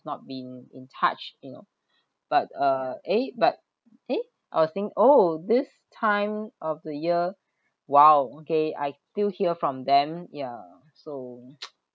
not been in touch you know but uh eh but eh I was think oh this time of the year !wow! okay I still hear from them ya so